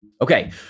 Okay